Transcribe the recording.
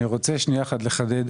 אני רוצה שנייה אחת לחדד.